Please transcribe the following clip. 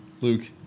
Luke